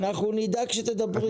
אנחנו נדאג שתדברי לגופו של עניין.